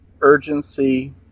urgency